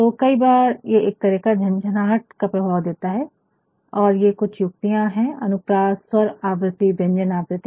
तो कई बार ये एक तरह का झनझनहट का प्रभाव देता है और ये कुछ युक्तियाँ है अनुप्रास स्वर आवृति व्यंजन आवृति